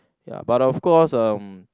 ya but of course uh